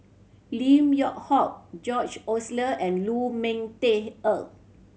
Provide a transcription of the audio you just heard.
Lim Yew Hock George Oehler and Lu Ming Teh Earl